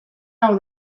hau